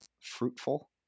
fruitful